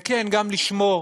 זה כן, גם לשמור